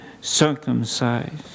circumcised